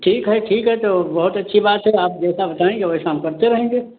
ठीक है ठीक है तो बहुत अच्छी बात है आप जैसा बताएँगे वैसा हम करते रहेंगे